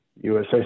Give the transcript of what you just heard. USA